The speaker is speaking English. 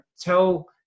tell